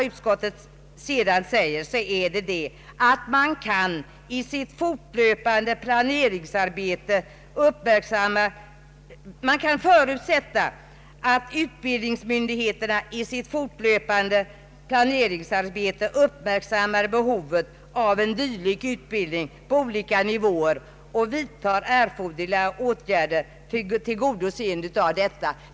Utskottet säger sedan att man kan ”förutsätta att utbildningsmyndigheterna i sitt fortlöpande planeringsarbete uppmärksammar behovet av dylik utbildning på olika nivåer och vidtar erforderliga åtgärder för tillgodoseende av detta”.